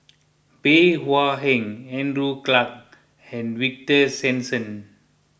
Bey Hua Heng Andrew Clarke and Victor Sassoon